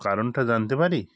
কারণটা জানতে পারি